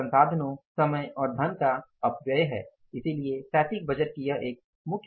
यह संसाधनों समय और धन का अपव्यय है इसलिए स्थैतिक बजट की यह एक मुख्य कमजोरी है